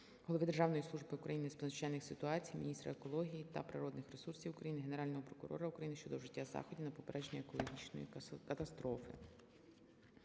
голови Державної служби України з надзвичайних ситуацій, міністра екології та природних ресурсів України, Генерального прокурора України щодо вжиття заходів на попередження екологічної катастрофи.